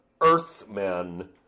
earthmen